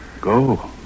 Go